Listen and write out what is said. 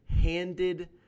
handed